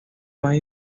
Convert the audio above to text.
más